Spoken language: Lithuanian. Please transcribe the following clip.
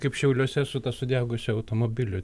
kaip šiauliuose su ta sudegusiu automobiliu